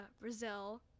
brazil